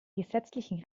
gesetzlichen